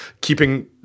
keeping